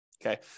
Okay